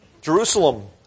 Jerusalem